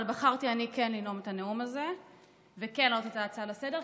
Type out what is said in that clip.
אבל אני בחרתי כן לנאום את הנאום הזה וכן להעלות את ההצעה לסדר-היום,